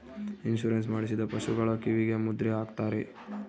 insurance ಮಾಡಿಸಿದ ಪಶುಗಳ ಕಿವಿಗೆ ಮುದ್ರೆ ಹಾಕ್ತಾರೆ